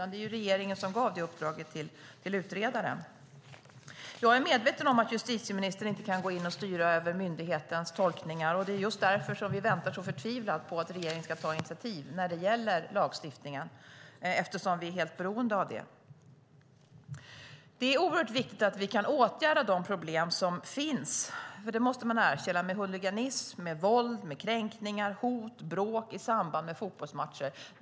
Det var regeringen som gav det uppdraget till utredaren. Jag är medveten om att justitieministern inte kan gå in och styra över myndighetens tolkningar, och det är just därför som vi väntar så förtvivlat på att regeringen ska ta initiativ när det gäller lagstiftningen eftersom vi är helt beroende av det. Det är oerhört viktigt att vi kan åtgärda de problem som finns - det måste man erkänna - med huliganism, våld, kränkningar, hot och bråk i samband med fotbollsmatcher.